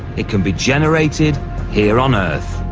it can be generated here on earth.